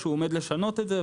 שהוא עומד לשנות את זה.